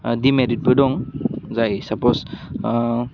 ओह डिमेरिटबो दं जाय सापस ओह